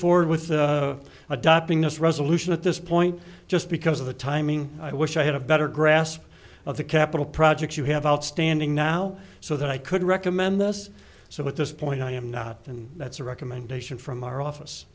forward with the adopting this resolution at this point just because of the timing i wish i had a better grasp of the capital projects you have outstanding now so that i could recommend those so at this point i am not and that's a recommendation from our office